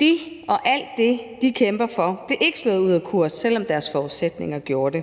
De og alt det, de kæmper for, blev ikke slået ud af kurs, selv om deres forudsætninger blev det.